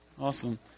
Awesome